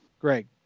Greg